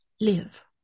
live